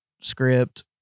script